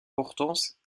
hortense